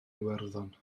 iwerddon